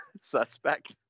suspect